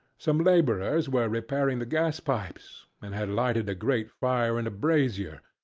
some labourers were repairing the gas-pipes, and had lighted a great fire in a brazier,